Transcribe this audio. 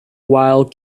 while